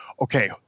okay